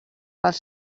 pels